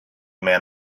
man